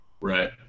Right